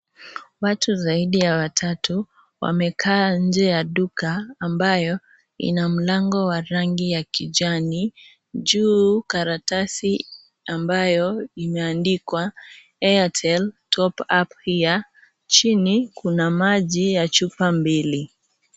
Watu zaidi ya watatu, wamekaa nje ya duka, ambayo, ina mlango wa rangi ya kijani, juu, karatasi ambayo, imeandikwa, (cs) airtel, top up here(cs), chini, kuna maji ya chupa mbili.